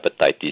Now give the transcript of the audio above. hepatitis